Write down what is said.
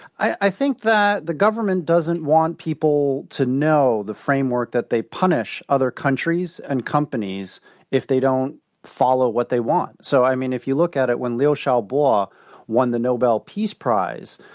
i think that the government doesn't want people to know the framework that they punish other countries and companies if they don't follow what they want. so i mean, if you look at it, when liu xiaobo ah won the nobel peace prize,